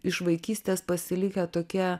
iš vaikystės pasilikę tokie